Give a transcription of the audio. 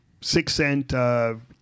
six-cent